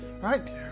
Right